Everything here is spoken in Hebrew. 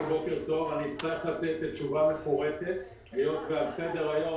אני אצטרך לתת תשובה מפורטת היות ועל סדר היום